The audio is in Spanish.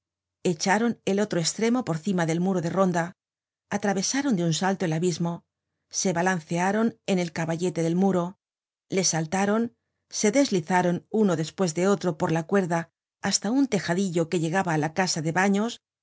echaron el otro estremo por cima del muro de ronda atravesaron de un salto el abismo se balancearon en el caballete del muro le saltaron se deslizaron uno despues de otro por la cuerda hasta un tejadillo que llegaba á la casa de baños